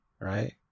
right